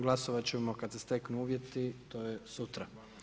Glasovat ćemo kad se steknu uvjeti, to je sutra.